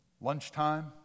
Lunchtime